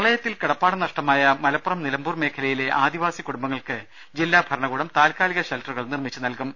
പ്രളയത്തിൽ കിടപ്പാടം നഷ്ടമായ മലപ്പുറം നിലമ്പൂർ മേഖലയിലെ ആദിവാസി കുടുംബങ്ങൾക്ക് ജില്ലാ ഭരണകൂടം താൽക്കാലിക ഷെൽട്ട റുകൾ നിർമിച്ചുനൽകും